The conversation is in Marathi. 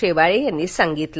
शेवाळे यांनी सांगितलं